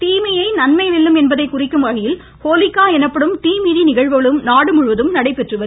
தீமையை நன்மை வெல்லும் என்பதை குறிக்கும் வகையில் ஹோலிக்கா எனப்படும் தீ மிதி நிகழ்வுகளும் நாடுமுழுவதும் நடைபெற்று வருகின்றன